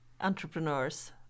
entrepreneurs